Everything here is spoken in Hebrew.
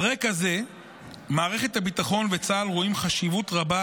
על רקע זה מערכת הביטחון וצה"ל רואים חשיבות רבה